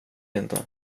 inte